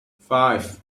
five